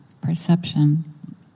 perception